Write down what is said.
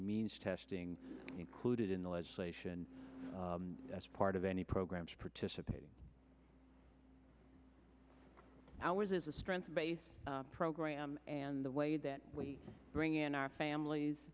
means testing included in the legislation as part of any programs participating ours is a strength based program and the way that we bring in our families